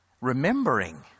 Remembering